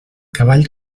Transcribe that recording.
cavall